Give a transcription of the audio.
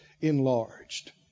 enlarged